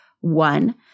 one